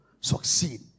Succeed